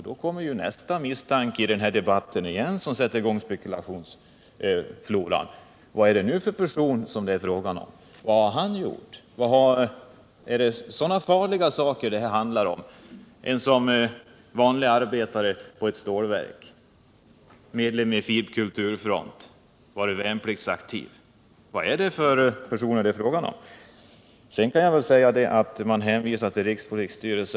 Då kommer nästa misstanke i denna debatt som sätter i gång spekulationsfloran: Vad är det nu för person det är fråga om? Vad har han gjort? Är det så farliga saker det handlar om när det gäller en vanlig arbetare på ett stålverk, som är medlem i Fib-Kulturfront och som varit värnpliktsaktiv? Vad är det för person det är fråga om? Justitieministern hänvisar till rikspolisstyrelsen.